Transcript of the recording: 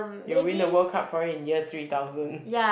you win the World Cup probably in year three thousand